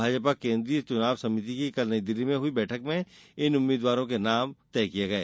भाजपा केन्द्रीय चुनाव समिति की कल नई दिल्ली में हुई बैठक में इन उम्मीदवारों के नाम तय किए गए